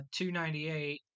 298